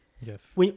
Yes